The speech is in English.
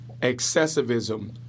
excessivism